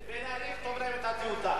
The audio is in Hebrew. בן-ארי יכתוב להם את הטיוטה.